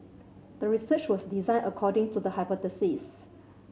the research was designed according to the hypothesis